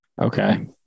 Okay